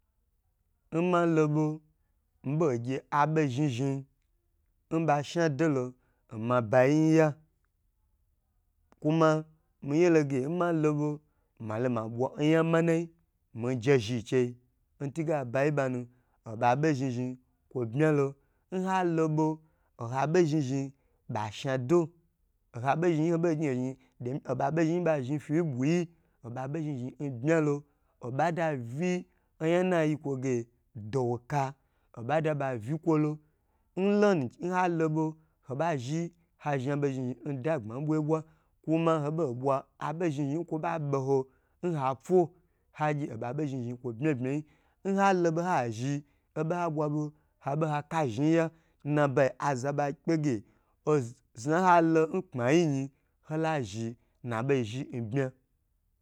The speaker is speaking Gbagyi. Nma lo ɓo mii ɓo gye aɓo zhni zhni, nɓa shna do lo n ma bayi nya. Kuma mii yeloge n ma lo ɓo ma loma ɓwa onya manai, majezhi nchei n twu gena abayi n ɓanu oɓa ɓo zhni zhni kwo bmyalo. N ha loɓo oha ɓo zhnizhni ɓa zhnado, o ha ɓo zhni zhni n hoɓo gnyi ho zhni-i domii oɓa ɓo zhni zhnin ɓa zhni fyi nɓwui, oɓa ɓo zhni zhni n bmya lo, oɓa da uyi onya n na yi kwo ge doka, oɓa da ɓa uyi kwolo, n lonu n ha loɓo ho ɓa zhiha zhna ɓo zhni zhni n dagbma n ɓwa ye ɓwa. Kuma ho ɓo ɓwa aɓo zhni zhni-i n kwo ɓa ɓo ho n hapwo, ha gye oɓa ɓo zhni zhni kwo bmya bmyayi. N ha loɓo ha zhi lo ɓo n ha ɓwa ɓo ha ɓe ha laa zhni n ya, n nabayi aza ɓa kpe ge oz-zna n halo n kpmayi nyi, ho lo zhin na ɓo zhni i n bmya